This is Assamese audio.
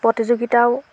প্ৰতিযোগিতাও